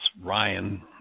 Ryan